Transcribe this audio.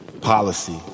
policy